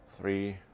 three